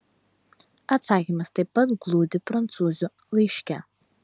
atsakymas taip pat glūdi prancūzių laiške